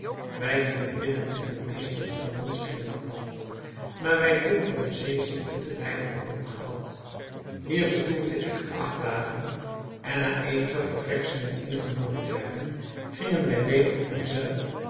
wij liepen binnen en de meesten van ons gingen aan land daar wij veel van de zeeziekte te lijden hadden gehad hier vertoefde ik acht dagen en na eenige ververschingen ingenomen te hebben gingen wij weder onder zeil